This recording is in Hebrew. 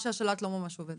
ובנות.